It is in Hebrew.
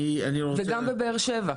וגם בבאר שבע.